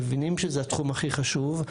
מבינים שזה התחום הכי חשוב,